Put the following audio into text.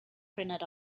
printed